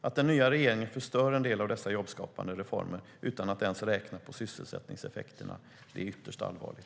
Att den nya regeringen förstör en del av dessa jobbskapande reformer utan att ens räkna på sysselsättningseffekterna är ytterst allvarligt.